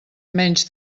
menys